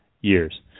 years